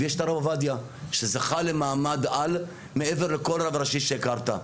ויש את הרב עובדיה שזכה למעמד-על מעבר לכל רב ראשי שהכרת.